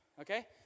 okay